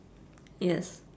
yes